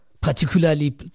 particularly